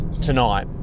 tonight